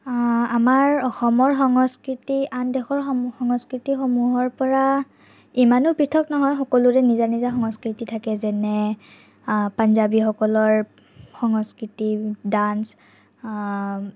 আমাৰ অসমৰ সংস্কৃতি আন দেশৰ সংস্কৃতিসমূহৰ পৰা ইমানো পৃথক নহয় সকলোৰে নিজা নিজা সংস্কৃতি থাকে যেনে পাঞ্জাৱীসকলৰ সংস্কৃতি ডান্স